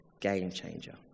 game-changer